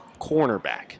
cornerback